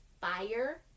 fire